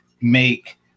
make